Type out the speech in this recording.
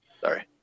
Sorry